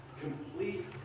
Complete